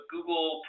Google